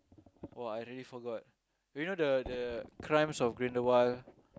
oh I really forgot you know the the Crimes-of-Grindelwald